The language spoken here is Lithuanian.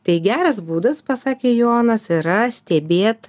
tai geras būdas pasakė jonas yra stebėt